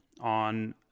on